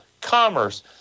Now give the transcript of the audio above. commerce